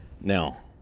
Now